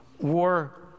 war